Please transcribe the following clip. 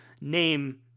name